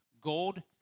Gold